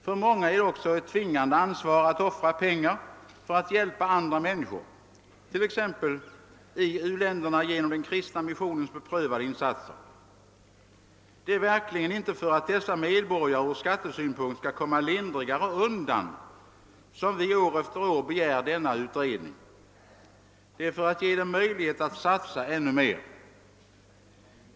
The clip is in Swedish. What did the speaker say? För många är det också ett tvingande ansvar att offra pengar för att hjälpa andra människor, t.ex. i u-länderna genom den kristna missionens beprövade insatser. Det är verkligen inte för att dessa medborgare ur skattesynpunkt skall komma lindrigare undan som vi år efter år begär denna utredning — det är för att ge dem möjlighet att satsa ännu mer.